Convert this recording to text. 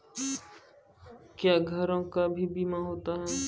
क्या घरों का भी बीमा होता हैं?